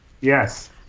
Yes